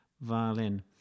violin